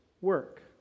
work